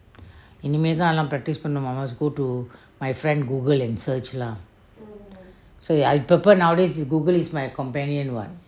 இந்நேம்மே தான் எல்லா:innemme thaan ella practice பாணனும்:paananum mah must go to my friend google and search lah so இப்பெ இப்பெ:ippe ippe nowadays google is my companion [what]